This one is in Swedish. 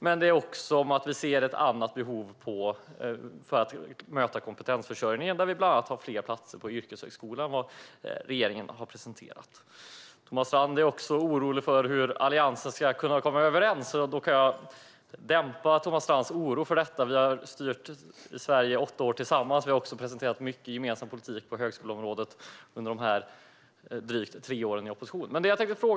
Men det handlar också om att vi ser ett annat sätt att möta kompetensförsörjningen. Vi har bland annat fler platser på yrkeshögskolan än vad regeringen har presenterat. Thomas Strand är orolig över hur vi i Alliansen ska kunna komma överens. Jag kan dämpa Thomas Strands oro. Vi har styrt Sverige i åtta år tillsammans. Vi har också presenterat mycket gemensam politik på högskoleområdet under drygt tre år i opposition.